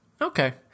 Okay